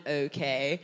okay